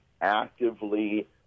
actively